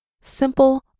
simple